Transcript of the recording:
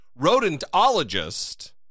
rodentologist